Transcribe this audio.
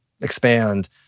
expand